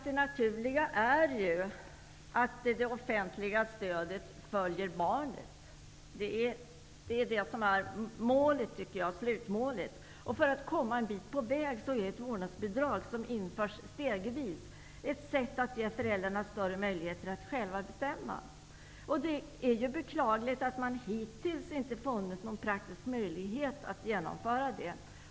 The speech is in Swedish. Det naturliga är ju att det offentliga stödet följer barnet. Det är det som är slutmålet. För att komma en bit på vägen är ett stegvis infört vårdnadsbidrag ett sätt att ge föräldrarna större möjligheter att själva bestämma. Det är beklagligt att man hittills inte funnit någon praktisk möjlighet att genomföra vårdnadsbidraget.